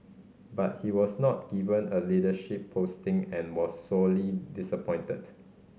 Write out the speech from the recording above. but he was not given a leadership posting and was sorely disappointed